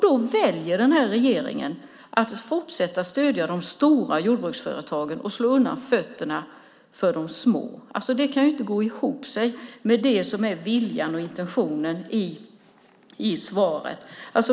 Då väljer regeringen att fortsätta att stödja de stora jordbruksföretagen och slå undan fötterna för de små. Det kan inte gå ihop med viljan och intentionen i svaret.